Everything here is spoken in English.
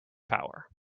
power